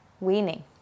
weaning